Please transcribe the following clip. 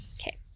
Okay